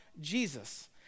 Jesus